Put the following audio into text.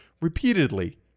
repeatedly